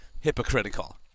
hypocritical